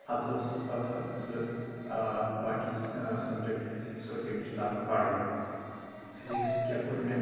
ادٕ اوسُس پتہٕ حظ بہٕ آ باقٕے سبجیکٹ فیزیکٕس اور کیمِسٹری لاگان پرٕنۍ فیٚزیکٕس کیاہ کوٚر مےٚ